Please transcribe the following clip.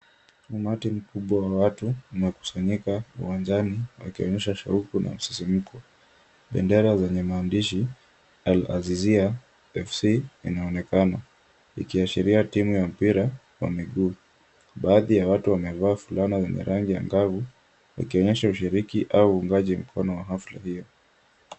Umati mkubwa wa watu umekusanyika uwanjani wakionyesha shauku na msisimko. Bendera zenye maandishi Al-Azizia FC inaonekana ikiashiria timu ya mpira wa miguu. Baadhi ya watu wamevaa fulana zenye rangi angavu ikionyesha ushiriki au uungaji mkono wa hafla hiyo.